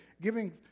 giving